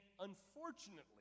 unfortunately